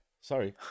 Sorry